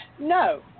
No